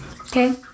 okay